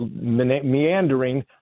meandering